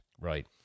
Right